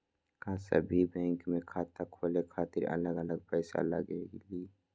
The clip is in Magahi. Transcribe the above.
का सभी बैंक में खाता खोले खातीर अलग अलग पैसा लगेलि?